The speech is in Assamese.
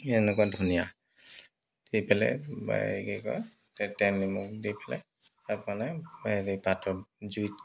এই এনেকুৱা ধনিয়া দি পেলে কি কয় তেল নিমখ দি পেলাই তাক মানে হেৰি পাতত জুইত